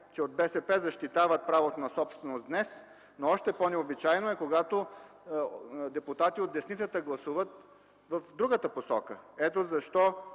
че от БСП защитават правото на собственост днес, но още по-необичайно е, когато депутати от десницата гласуват в другата посока. Намирам,